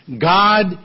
God